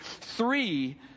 three